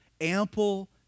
ample